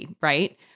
right